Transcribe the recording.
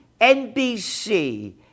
NBC